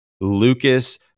Lucas